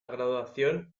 graduación